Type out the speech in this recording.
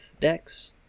decks